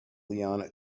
leon